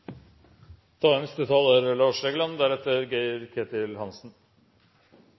Da er neste taler